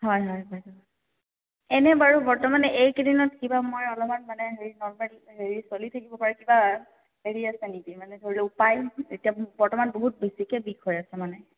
হয় হয় বাইদেউ এনে বাৰু বৰ্তমান এইকেইদিনত কিবা মই অলপমান মানে হেৰি নৰ্মেল হেৰি চলি থাকিব পাৰি কিবা হেৰি আছে নেকি মানে ধৰি লওক উপায় এতিয়া বৰ্তমান বহুত বেছিকে বিষ হৈ আছে মানে